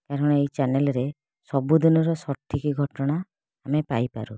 କାରଣ ଏଇ ଚ୍ୟାନେଲରେ ସବୁଦିନର ସଠିକ୍ ଘଟଣା ଆମେ ପାଇପାରୁ